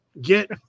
get